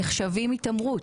נחשבים התעמרות.